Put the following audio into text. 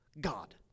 God